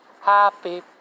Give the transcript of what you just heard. Happy